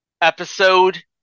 Episode